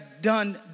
done